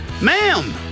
Ma'am